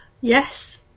Yes